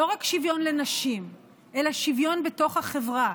לא רק שוויון לנשים אלא שוויון בתוך החברה,